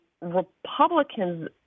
Republicans